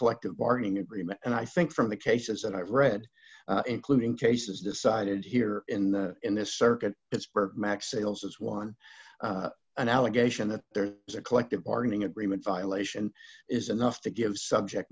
collective bargaining agreement and i think from the cases that i've read including cases decided here in the in this circuit it's mac sales as one an allegation that there is a collective bargaining agreement violation is enough to give subject